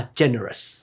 generous